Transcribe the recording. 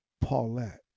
Paulette